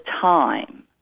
time